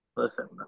Listen